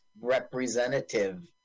representative